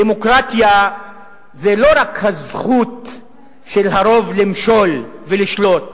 אני שב ואומר: דמוקרטיה זה לא רק הזכות של הרוב למשול ולשלוט.